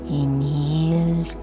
inhale